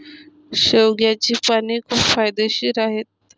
शेवग्याची पाने खूप फायदेशीर आहेत